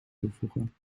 toevoegen